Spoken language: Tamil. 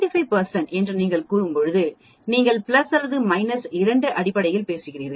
95 என்று நீங்கள் கூறும்போது நீங்கள் பிளஸ் அல்லது மைனஸ் 2 அடிப்படையில் பேசுகிறீர்கள்